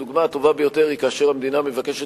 הדוגמה הטובה ביותר היא כאשר המדינה מבקשת